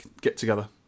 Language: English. get-together